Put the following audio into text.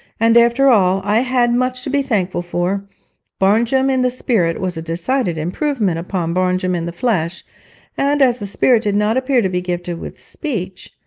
and after all, i had much to be thankful for barnjum in the spirit was a decided improvement upon barnjum in the flesh and as the spirit did not appear to be gifted with speech,